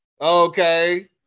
Okay